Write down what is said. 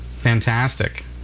Fantastic